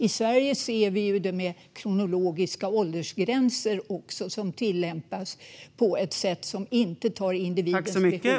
I Sverige ser vi det också i de kronologiska åldersgränser som tillämpas på ett sätt som inte utgår från individen.